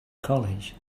college